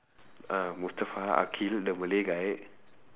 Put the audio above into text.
ah mustafa akhil the malay guy